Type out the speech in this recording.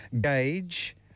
Gauge